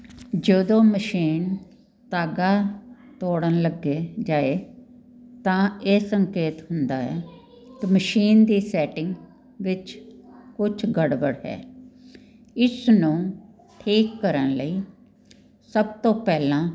ਜਦੋਂ ਮਸ਼ੀਨ ਧਾਗਾ ਤੋੜਨ ਲੱਗ ਜਾਏ ਤਾਂ ਇਹ ਸੰਕੇਤ ਹੁੰਦਾ ਹੈ ਕਿ ਮਸ਼ੀਨ ਦੀ ਸੈਟਿੰਗ ਵਿੱਚ ਕੁਛ ਗੜਬੜ ਹੈ ਇਸ ਨੂੰ ਠੀਕ ਕਰਨ ਲਈ ਸਭ ਤੋਂ ਪਹਿਲਾਂ